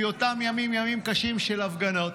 כי אותם ימים היו ימים קשים של הפגנות.